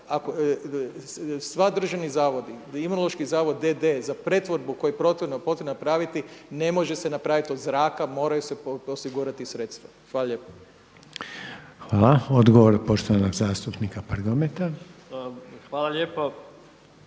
svi državni zavodi, Imunološki zavod d.d. za pretvorbu koju je potrebno napraviti ne može se napraviti od zraka moraju se osigurati sredstva. Hvala lijepa. **Reiner, Željko (HDZ)** Hvala. Odgovor poštovanog zastupnika Prgometa. **Prgomet,